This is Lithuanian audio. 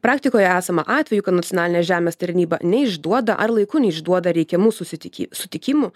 praktikoje esama atvejų kai nacionalinė žemės tarnyba neišduoda ar laiku neišduoda reikiamų susitiki sutikimų